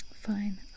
Fine